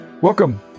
Welcome